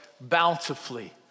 bountifully